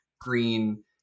green